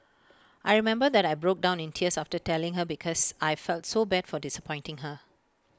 I remember that I broke down in tears after telling her because I felt so bad for disappointing her